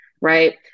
right